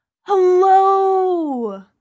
Hello